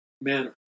manner